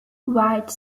white